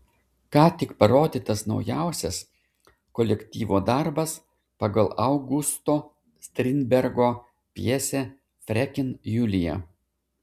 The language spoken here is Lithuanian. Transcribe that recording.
ką tik parodytas naujausias kolektyvo darbas pagal augusto strindbergo pjesę freken julija